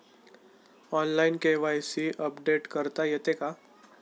Online KYC update करता येते का?